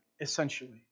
essentially